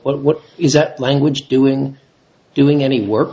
but what is that language doing doing any work